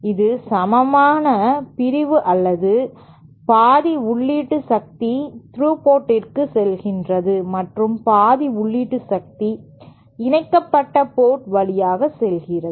இது சமமான பிரிவு அல்லது பாதி உள்ளீட்டு சக்தி த்ரூ போர்ட்க்கு செல்கிறது மற்றும் பாதி உள்ளீட்டு சக்தி இணைக்கப்பட்ட போர்ட் வழியாக செல்கிறது